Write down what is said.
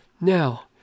Now